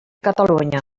catalunya